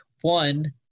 one